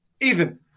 Ethan